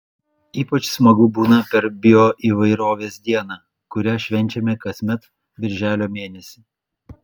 ypač smagu būna per bioįvairovės dieną kurią švenčiame kasmet birželio mėnesį